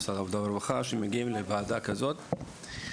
ממשרד העבודה והרווחה כשמגיעים לוועדה כזאת,